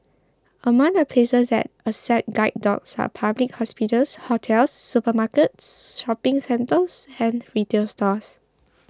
among the places that accept guide dogs are public hospitals hotels supermarkets shopping centres and retail stores